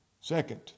Second